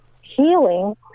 healing